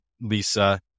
Lisa